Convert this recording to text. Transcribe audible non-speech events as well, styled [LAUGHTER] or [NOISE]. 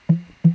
[NOISE]